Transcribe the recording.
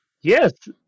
Yes